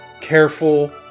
careful